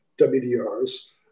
WDRs